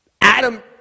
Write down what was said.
Adam